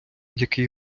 який